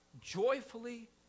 joyfully